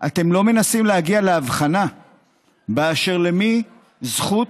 אתם לא מנסים להגיע להבחנה באשר למי יש זכות